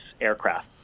aircraft